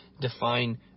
define